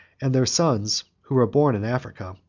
and their sons, who were born in africa,